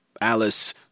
Alice